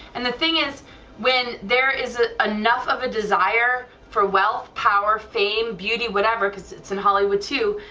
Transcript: and the thing is when there is ah enough of a desire for wealth power fame beauty whatever, because it's in hollywood too,